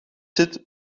zit